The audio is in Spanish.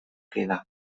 queda